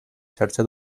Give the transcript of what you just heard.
xarxa